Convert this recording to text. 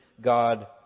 God